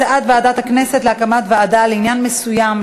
הצעת ועדת הכנסת להקמת ועדה לעניין מסוים,